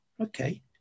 okay